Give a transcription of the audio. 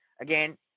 again